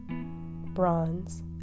bronze